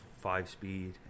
five-speed